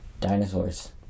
Dinosaurs